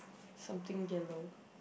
something yellow